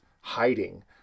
hiding